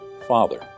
Father